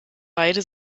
beide